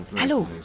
hallo